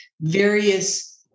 various